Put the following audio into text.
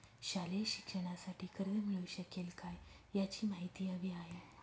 शालेय शिक्षणासाठी कर्ज मिळू शकेल काय? याची माहिती हवी आहे